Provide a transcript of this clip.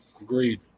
Agreed